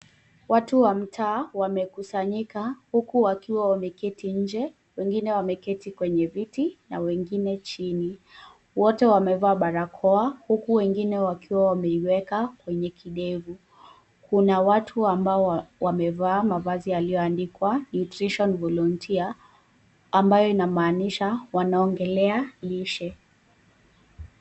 Watu wa mtaa, wamekusanyika huku wakiwa wameketi nje, wengine wameketi kwenye viti na wengine chini. Wote wamevaa barakoa, huku wengine wakiwa wameiweka kwenye kidevu. Kuna watu ambao wamevaa mavazi yaliyoandikwa nutrition volunteer ambayo inamaanisha wanaongelea lishe.